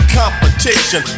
competition